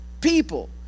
people